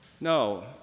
No